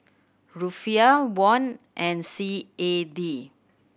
Rufiyaa Won and C A D